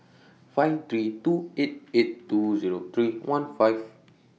five three two eight eight two Zero three one five